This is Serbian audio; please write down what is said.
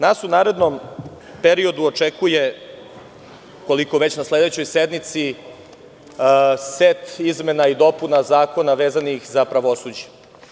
Nas u narednom periodu očekuje, koliko već na sledećoj sednici set izmena i dopuna zakona vezanih za pravosuđe.